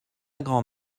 grand